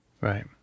Right